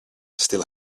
still